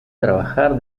trabajar